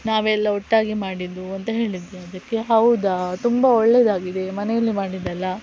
ನಾವೆಲ್ಲ ಒಟ್ಟಾಗಿ ಮಾಡಿದ್ದು ಅಂತ ಹೇಳಿದ್ವಿ ಅದಕ್ಕೆ ಹೌದಾ ತುಂಬಾ ಒಳ್ಳೆದಾಗಿದೆ ಮನೆಯಲ್ಲಿ ಮಾಡಿದ್ದಲ್ಲ